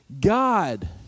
God